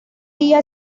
día